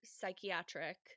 psychiatric